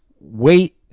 wait